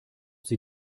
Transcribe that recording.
sie